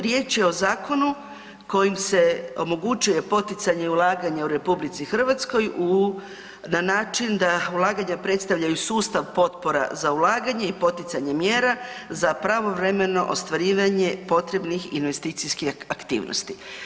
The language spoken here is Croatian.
Riječ je o zakonu kojim se omogućuje poticanje ulaganja u RH na način da ulaganja predstavljaju sustav potpora za ulaganje i poticanje mjera za pravovremeno ostvarivanje potrebnih investicijskih aktivnosti.